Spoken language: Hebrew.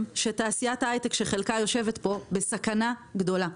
שתעשיית ההייטק שחלקה יושבת פה בסכנה גדולה.